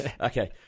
Okay